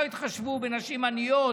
לא התחשבו בנשים עניות,